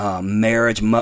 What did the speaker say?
Marriage